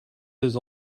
this